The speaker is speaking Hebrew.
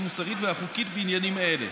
המוסרית והחוקית בעניינים אלה.